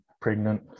pregnant